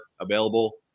available